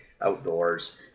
outdoors